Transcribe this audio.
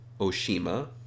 Oshima